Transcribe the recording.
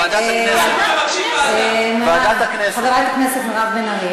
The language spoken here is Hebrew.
ועדת הכנסת.